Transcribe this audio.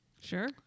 Sure